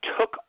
took